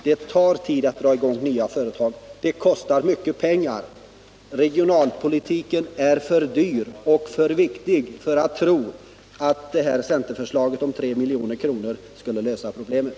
Det tar tid att dra i gång nya företag, och det kostar mycket pengar. Regionalpolitiken är för dyr och för viktig för att man skulle kunna tro att centerförslaget om 3 milj.kr. skulle lösa problemen.